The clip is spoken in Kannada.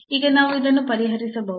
ಈಗ ನಾವು ಇದನ್ನು ಪರಿಹರಿಸಬಹುದು